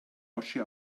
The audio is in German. oschi